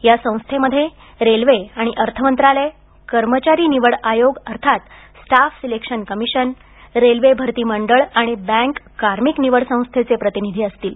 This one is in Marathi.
या संस्थेमध्ये रेल्वे आणि अर्थ मंत्रालय कर्मचारी निवड आयोग अर्थात स्टाफ सिलेक्शन कमिशन रेल्वे भरती मंडळ आणि बँक कार्मिक निवड संस्थेचे प्रतिनिधी असतील